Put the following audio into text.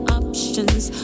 options